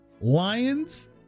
Lions